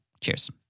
Cheers